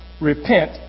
Repent